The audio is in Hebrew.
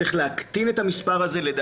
צריך לקטין את המספר הזה של כמות השעות,